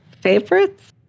favorites